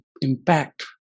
impact